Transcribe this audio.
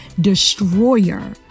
destroyer